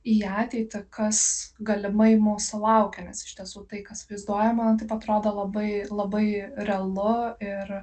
į ateitį kas galimai mūsų laukia nes iš tiesų tai kas vaizduojama atrodo labai labai realu ir